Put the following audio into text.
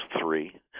three